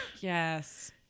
yes